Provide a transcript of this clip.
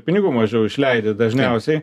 pinigų mažiau išleidi dažniausiai